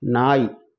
நாய்